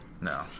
No